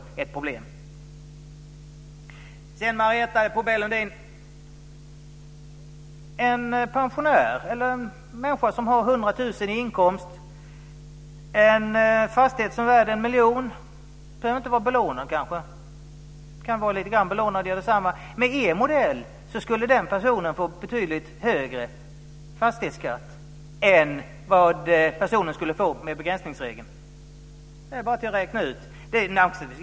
Sedan, Marietta de Pourbaix-Lundin, vill jag tala om en pensionär, eller en människa som har 100 000 kr i inkomst, och en fastighet som är värd en miljon. Den behöver kanske inte vara belånad. Den kan vara lite grann belånad, det gör detsamma. Med er modell skulle den personen få betydligt högre fastighetsskatt än vad personen skulle få med begränsningsregeln. Det är bara att räkna ut.